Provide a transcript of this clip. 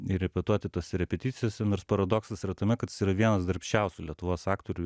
ir repetuoti tas repeticijas ir nors paradoksas yra tame kad jis yra vienas darbščiausių lietuvos aktorių